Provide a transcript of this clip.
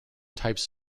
types